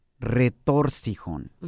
retorcijón